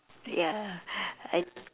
ya I